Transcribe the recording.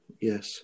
yes